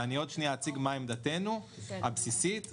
ואציג בהמשך מה עמדתנו הבסיסית.